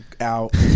out